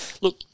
Look